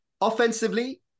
offensively